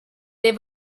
they